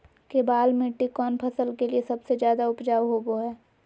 केबाल मिट्टी कौन फसल के लिए सबसे ज्यादा उपजाऊ होबो हय?